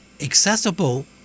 accessible